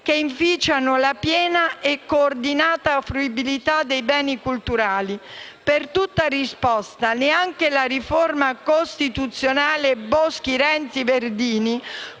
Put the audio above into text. che inficiano la piena e coordinata fruibilità dei beni culturali. Per tutta risposta neanche la riforma costituzionale Boschi-Renzi-Verdini